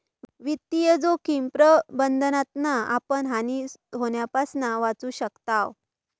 वित्तीय जोखिम प्रबंधनातना आपण हानी होण्यापासना वाचू शकताव